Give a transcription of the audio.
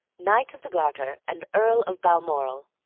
knight of the garter, and earl of balmoral.